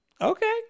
Okay